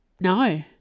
No